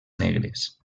negres